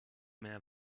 mehr